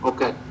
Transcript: Okay